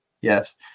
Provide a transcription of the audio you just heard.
Yes